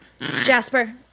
jasper